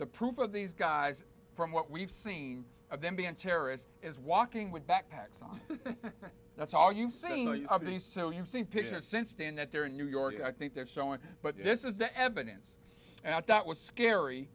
the proof of these guys from what we've seen of them being terrorists is walking with backpacks on that's all you've seen of these so you've seen pictures since stand that they're in new york i think they're showing but this is the evidence that was scary